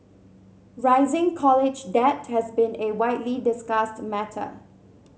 rising college debt has been a widely discussed matter